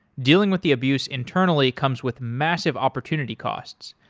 dealing with the abuse internally comes with massive opportunity costs.